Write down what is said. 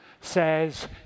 says